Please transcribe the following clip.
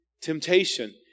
temptation